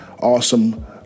awesome